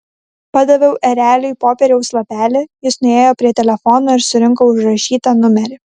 padaviau ereliui popieriaus lapelį jis nuėjo prie telefono ir surinko užrašytą numerį